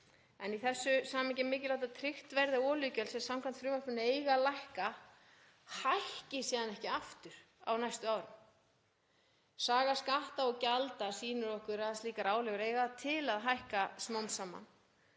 Í því samhengi er mikilvægt að tryggt verði að olíugjöld, sem samkvæmt frumvarpinu eiga að lækka, hækki síðan ekki aftur á næstu árum. Saga skatta og gjalda sýnir okkur að slíkar álögur eiga til að hækka smám saman